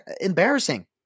Embarrassing